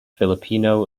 filipino